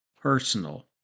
personal